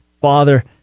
father